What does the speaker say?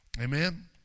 Amen